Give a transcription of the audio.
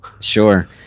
Sure